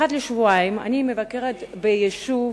אחת לשבועיים אני מבקרת ביישוב